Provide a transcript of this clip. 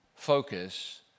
focus